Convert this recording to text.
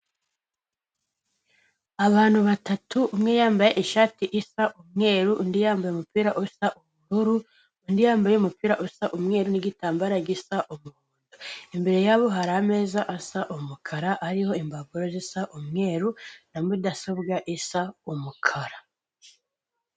Abantu batatu, umwe yambaye ishati isa umweru, undi yambaye umupira usa ubururu, undi yambaye umupira usa umweru n'igitambaro gisa ubururu, imbere yabo hari ameza asa umukara, ariho imbapuro zisa umweru na mudasobwa isa umukara.